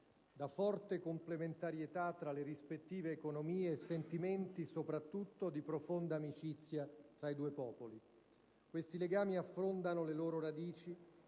da forte complementarità tra le rispettive economie e sentimenti soprattutto di profonda amicizia tra i due popoli. Questi legami affondano le loro radici